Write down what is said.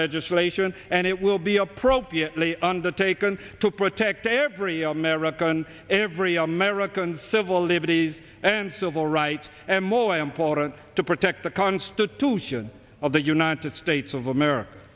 legislation and it will be appropriately undertaken to protect every american every american civil liberties and civil rights and more important to protect the constitution of the united states of america